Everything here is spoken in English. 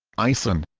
iceland